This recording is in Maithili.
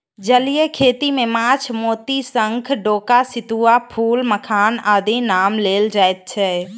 जलीय खेती मे माछ, मोती, शंख, डोका, सितुआ, फूल, मखान आदिक नाम लेल जाइत छै